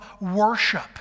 worship